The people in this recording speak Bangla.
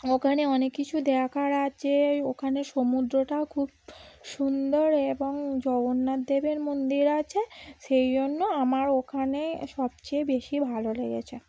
ওখানে অনেক কিছু দেখার আছে ওখানে সমুদ্রটাও খুব সুন্দর এবং জগন্নাথদেবের মন্দির আছে সেই জন্য আমার ওখানে সবচেয়ে বেশি ভালো লেগেছে